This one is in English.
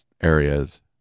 areas